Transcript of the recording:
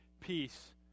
peace